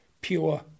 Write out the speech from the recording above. pure